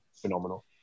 Phenomenal